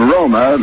Roma